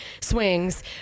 swings